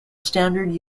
standard